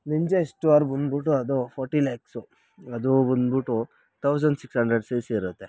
Ninja H two R ಬನ್ಬಿಟ್ಟು ಅದು forty lakhs ಅದು ಬನ್ಬಿಟ್ಟು thousand six hundred C C ಇರುತ್ತೆ